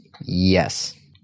Yes